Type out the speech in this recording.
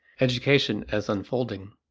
education as unfolding.